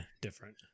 different